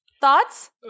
thoughts